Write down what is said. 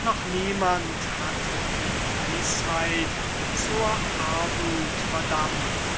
noch niemand hat die weisheit zur armuth verdammt